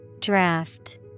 Draft